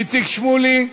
איציק שמולי,